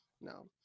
No